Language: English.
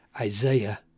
Isaiah